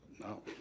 No